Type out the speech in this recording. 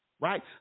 right